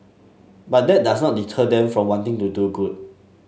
but that does not deter them from wanting to do good